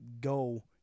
go